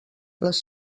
les